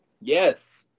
Yes